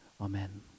Amen